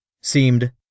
seemed